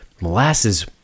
Molasses